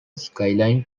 skyline